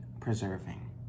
preserving